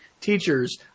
teachers